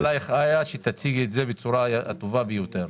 סומכים עליך איה שתציגי את זה בצורה הטובה ביותר.